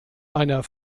einer